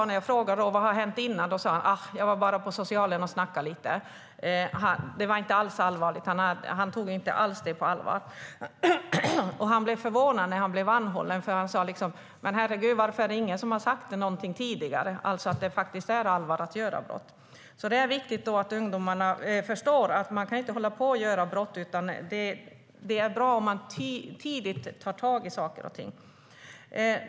När jag frågade vad som hade hänt tidigare sa han: Äsch, jag var bara på socialen och snackade lite! Han tog det inte alls på allvar. Han blev förvånad när han blev anhållen och sa: Men herregud, varför är det ingen som har sagt någonting tidigare? Ingen hade sagt att det är allvarligt att begå brott. Det är viktigt att ungdomarna förstår att man inte kan hålla på och begå brott. Det är bra om vi tidigt tar tag i saker och ting.